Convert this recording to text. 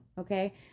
Okay